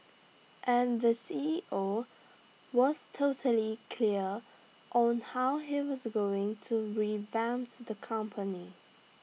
and the C E O was totally clear on how he was going to revamps the company